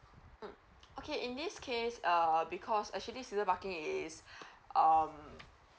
mm okay in this case err because actually season parking it is um